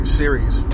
series